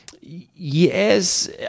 yes